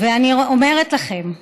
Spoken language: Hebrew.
ואני אומרת לכם שלכאורה,